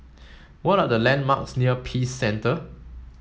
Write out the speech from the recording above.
what are the landmarks near Peace Centre